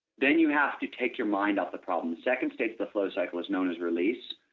then you have to take your mind off the problem second state of the flow cycle is known as release,